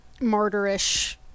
martyrish